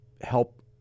help